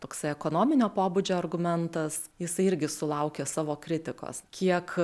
toks ekonominio pobūdžio argumentas jisai irgi sulaukė savo kritikos kiek